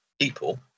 people